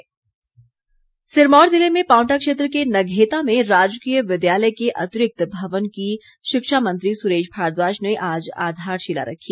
भारद्वाज सिरमौर ज़िले में पांवटा क्षेत्र के नघेता में राजकीय विद्यालय के अतिरिक्त भवन की शिक्षा मंत्री सुरेश भारद्वाज ने आज आधारशिला रखी